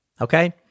Okay